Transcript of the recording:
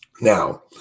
Now